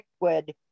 liquid